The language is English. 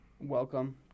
Welcome